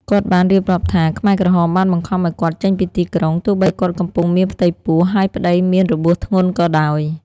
គាត់បានរៀបរាប់ថា ខ្មែរក្រហមបានបង្ខំឱ្យគាត់ចេញពីទីក្រុង ទោះបីគាត់កំពុងមានផ្ទៃពោះ ហើយប្តីមានរបួសធ្ងន់ក៏ដោយ។